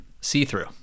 see-through